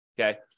okay